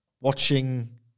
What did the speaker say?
Watching